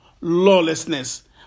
Lawlessness